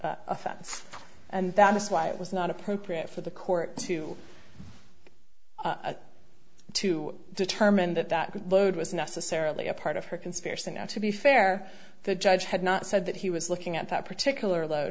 offense and that was why it was not appropriate for the court to to determine that that would load was necessarily a part of her conspiracy now to be fair the judge had not said that he was looking at that particular load